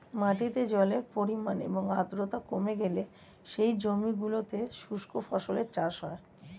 মাটিতে জলের পরিমাণ এবং আর্দ্রতা কমে গেলে সেই জমিগুলোতে শুষ্ক ফসলের চাষ হয়